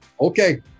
Okay